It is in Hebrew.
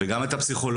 וגם את הפסיכולוגיה,